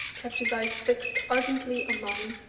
kept his eyes fixed ardently on mine.